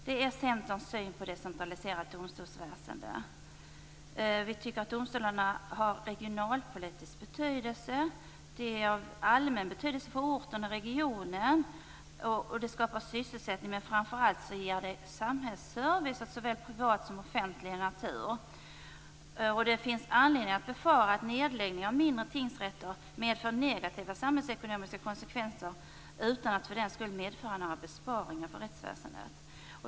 Det är Centerns syn på ett decentraliserat domstolsväsende. Vi tycker att domstolarna har en regionalpolitisk betydelse. De är av allmän betydelse för orten och regionen. De skapar sysselsättning, men framför allt ger de samhällsservice av såväl privat som offentlig natur. Det finns anledning att befara att nedläggning av mindre tingsrätter medför negativa samhällsekonomiska konsekvenser utan att för den skull medföra några besparingar för rättsväsendet.